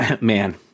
man